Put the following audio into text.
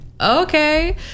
okay